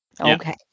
Okay